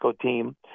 team